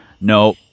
No